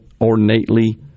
ornately